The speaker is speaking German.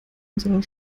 unserer